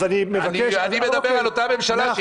אז אני מבקש- -- אני מדבר על אותה ממשלה,